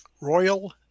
Royal